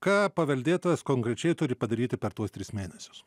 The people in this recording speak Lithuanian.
ką paveldėtojas konkrečiai turi padaryti per tuos tris mėnesius